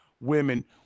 women